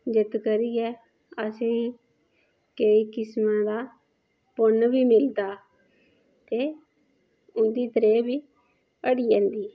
इस करियै असेंगी केईं किस्म दा पुन्न बी मिलदा ते उं'दी त्रेह् बी हटी जंदी